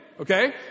okay